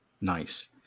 Nice